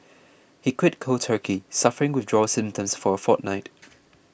he quit cold turkey suffering withdrawal symptoms for a fortnight